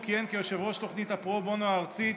הוא כיהן כיושב-ראש תוכנית הפרו-בונו הארצית